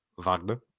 Wagner